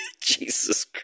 Jesus